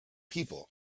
people